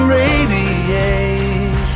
radiate